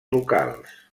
locals